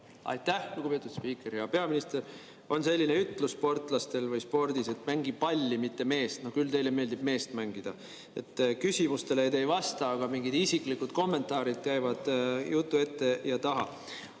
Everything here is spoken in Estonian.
Aitäh, lugupeetud spiiker! Hea peaminister! On selline ütlus sportlastel või spordis, et mängi palli, mitte meest. No küll teile meeldib meest mängida! Küsimustele te ei vasta, aga mingid isiklikud kommentaarid käivad jutu ette ja taha.